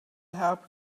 help